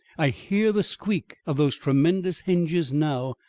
i hear the squeak of those tremendous hinges now,